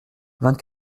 vingt